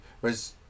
whereas